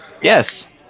Yes